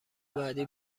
بعدی